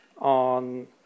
on